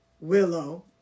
Willow